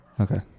Okay